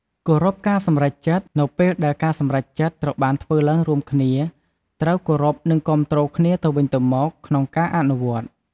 គោរពការសម្រេចចិត្ត នៅពេលដែលការសម្រេចចិត្តត្រូវបានធ្វើឡើងរួមគ្នា ត្រូវគោរព និងគាំទ្រគ្នាទៅវិញទៅមកក្នុងការអនុវត្ត។